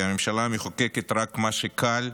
כי הממשלה מחוקקת רק מה שקל,